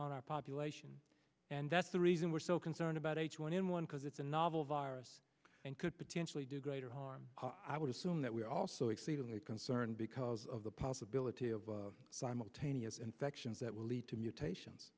on our population and that's the reason we're so concerned about h one n one because it's a novel virus and could potentially do greater harm i would assume that we are also exceedingly concerned because of the possibility of simultaneous infections that will lead to mutations